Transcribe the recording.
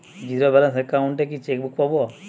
Zero balance account এ কি chequebook পাব?